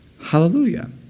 hallelujah